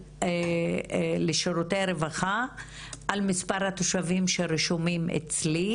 לשירותי הרווחה על מספר התושבים שרשומים אצלו,